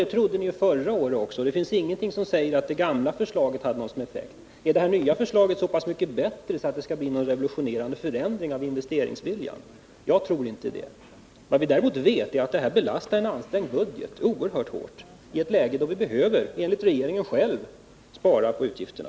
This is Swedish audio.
Det trodde ni förra året också, men det finns ingenting som säger att det gamla förslaget hade någon effekt. Är det nya förslaget så mycket bättre att det skall bli någon revolutionerande förändring av investeringsviljan? Jag tror inte det. Vad vi däremot vet är att de föreslagna investeringsavdragen belastar en ansträngd budget oerhört hårt i ett läge då vi enligt regeringen själv behöver minska utgifterna.